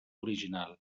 original